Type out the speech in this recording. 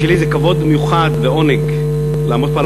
בשבילי זה כבוד מיוחד ועונג לעמוד פה על